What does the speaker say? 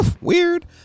Weird